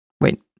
Wait